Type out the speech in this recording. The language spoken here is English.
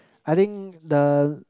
I think the